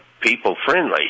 people-friendly